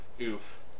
Oof